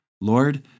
Lord